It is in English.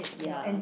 ya